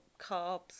carbs